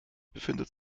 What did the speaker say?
befindet